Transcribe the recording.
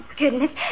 goodness